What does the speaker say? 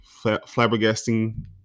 flabbergasting